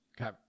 Okay